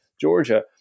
Georgia